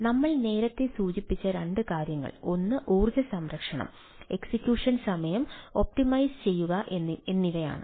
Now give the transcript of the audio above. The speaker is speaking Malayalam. അതിനാൽ നമ്മൾ നേരത്തെ സൂചിപ്പിച്ച രണ്ട് കാര്യങ്ങൾ ഒന്ന് ഊർജ്ജ സംരക്ഷണം എക്സിക്യൂഷൻ സമയം ഒപ്റ്റിമൈസ് ചെയ്യുക എന്നിവയാണ്